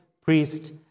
priest